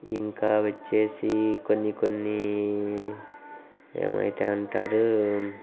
ఇంకా వచ్చి కొన్ని కొన్ని ఏవైతే అంటారు